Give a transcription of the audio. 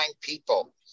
people